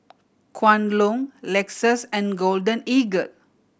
Kwan Loong Lexus and Golden Eagle